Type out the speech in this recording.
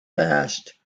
passed